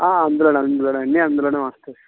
ఆ అందులోనే అందులోనే అన్నీ అందులోనే వస్తాయి